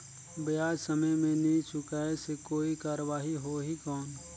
ब्याज समय मे नी चुकाय से कोई कार्रवाही होही कौन?